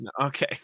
Okay